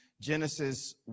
Genesis